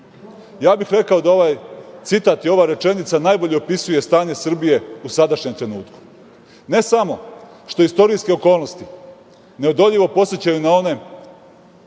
bih da ovaj citat i ova rečenica najbolje opisuje stanje Srbije u sadašnjem trenutku, ne samo što istorijske okolnosti neodoljivo podsećaju na one